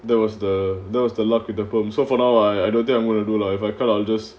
that was the that was the luck with the firm so for now I don't think I'm going to do lah if I kind of just